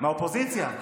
מהאופוזיציה.